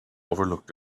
overlooked